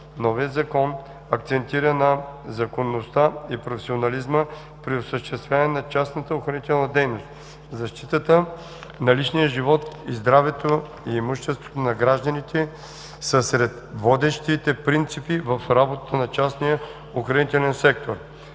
Новият Закон акцентира на законността и професионализма при осъществяването на частната охранителна дейност. Защитата на личния живот, здравето и имуществото на гражданите са сред водещите принципи в работата на частния охранителен сектор.